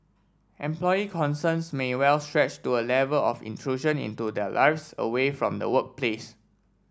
employee concerns may well stretch to A Level of intrusion into their lives away from the workplace